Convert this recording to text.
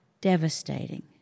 devastating